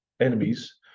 enemies